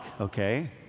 okay